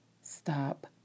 Stop